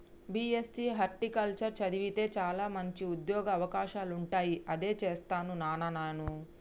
BSc horticulture చదివితే చాల మంచి ఉంద్యోగ అవకాశాలుంటాయి అదే చేస్తాను నానా నేను